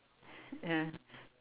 ya